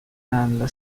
dalla